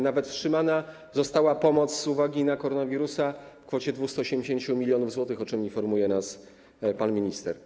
Nawet wstrzymana została pomoc z uwagi na koronawirusa w kwocie 280 mln zł, o czym informuje nas pan minister.